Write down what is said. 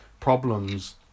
problems